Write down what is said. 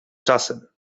czasem